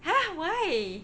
!huh! why